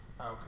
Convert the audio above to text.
Okay